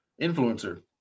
influencer